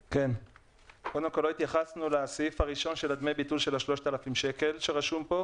לא התייחסנו לסעיף הראשון של דמי הביטול של 3,000 שקלים שרשומים כאן,